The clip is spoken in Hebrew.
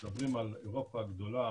מדברים על אירופה הגדולה,